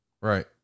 Right